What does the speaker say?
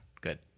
Good